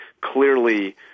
clearly